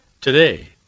today